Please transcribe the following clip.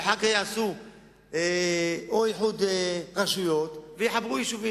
ואחר כך יעשו איחוד רשויות ויחברו רשויות.